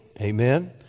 Amen